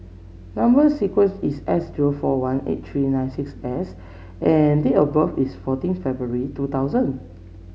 number sequence is S zero four one eight three nine six S and date of birth is fourteen February two thousand